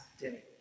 day